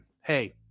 hey